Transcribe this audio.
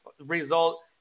result